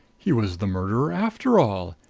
he was the murderer, after all!